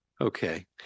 Okay